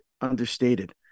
understated